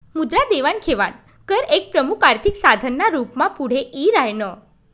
मुद्रा देवाण घेवाण कर एक प्रमुख आर्थिक साधन ना रूप मा पुढे यी राह्यनं